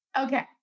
Okay